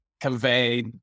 convey